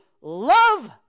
love